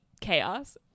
chaos